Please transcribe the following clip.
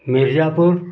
Mirzapur